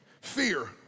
fear